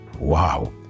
Wow